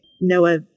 Noah